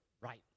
right